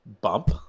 bump